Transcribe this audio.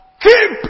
Keep